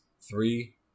Three